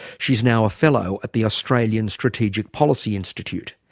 she's now a fellow at the australian strategic policy institute.